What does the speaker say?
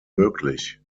möglich